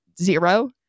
zero